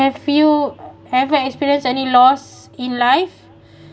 have you ever experience any loss in life